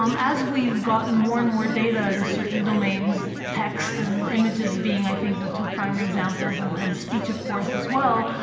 um as we've gotten more and more data in certain domains, text and images being, i think, the two primary examples and and speech, of course, as well,